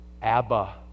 Abba